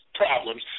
problems